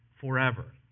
forever